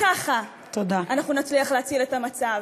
רק ככה אנחנו נצליח להציל את המצב.